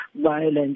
violence